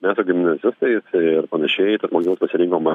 mes su gimnazistais ir panašiai kodėl pasirinkom